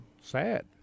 Sad